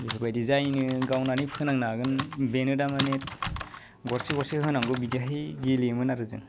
बेफोरबायदि जायनो गावनानै फोनांनो हागोन बेनो दा माने गरसे गरसे होनांगौ बिदिहाय गेलेयोमोन आरो जों